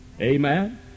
Amen